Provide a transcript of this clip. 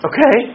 Okay